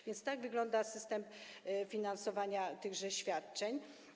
A więc tak wygląda system finansowania tychże świadczeń.